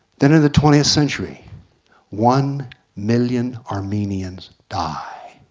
then in the twentieth century one million armenians die.